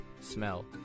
smell